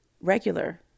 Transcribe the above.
regular